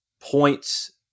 points